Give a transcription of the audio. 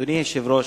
אדוני היושב-ראש,